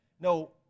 No